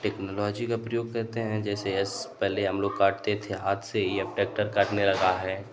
technology का प्रयोग करते हैं जैसे एस पहले हम लोग काटते थे हाथ से ही अब ट्रैक्टर काटने लगा है